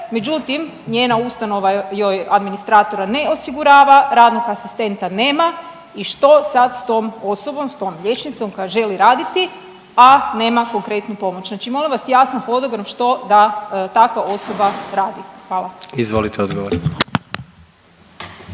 međutim, njena ustanova joj administratora ne osigurava, radnog asistenta nema i što sad s tom osobom, s tom liječnicom koja želi raditi, a nema konkretnu pomoć. Znači molim vas jasan hodogram što da takva osoba radi. Hvala. **Jandroković,